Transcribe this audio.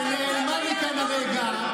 שנעלמה מכאן הרגע,